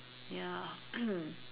ya